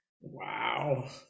Wow